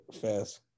fast